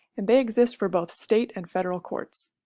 and they exist for both state and federal courts.